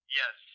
yes